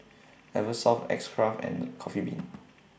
Eversoft X Craft and Coffee Bean